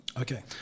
Okay